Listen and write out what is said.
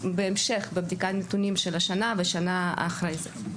בהמשך, בבדיקת נתונים של השנה ושנה אחריה.